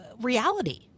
reality